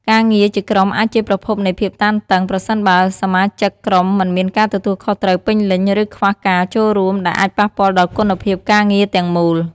ការងារជាក្រុមអាចជាប្រភពនៃភាពតានតឹង ប្រសិនបើសមាជិកក្រុមមិនមានការទទួលខុសត្រូវពេញលេញ ឬខ្វះការចូលរួម ដែលអាចប៉ះពាល់ដល់គុណភាពការងារទាំងមូល។